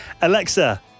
Alexa